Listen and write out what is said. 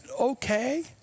okay